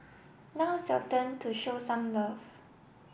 now it's your turn to show some love